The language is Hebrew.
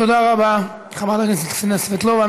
תודה רבה לחברת הכנסת קסניה סבטלובה.